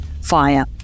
fire